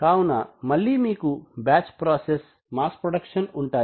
కావున మళ్ళీ మీకు బ్యాచ్ ప్రాసెస్ మాస్ ప్రొడక్షన్ ఉంటాయి